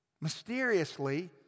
mysteriously